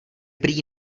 prý